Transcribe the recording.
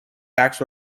facts